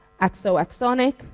Axoaxonic